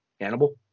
Hannibal